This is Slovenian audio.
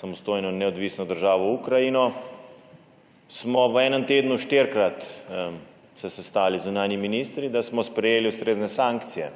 samostojno in neodvisno državo Ukrajino, smo se v enem tednu štirikrat sestali z zunanjimi ministri, da smo sprejeli ustrezne sankcije.